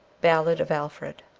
ballad of alfred